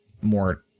more